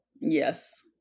Yes